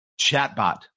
chatbot